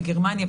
בגרמניה,